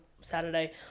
Saturday